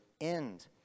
end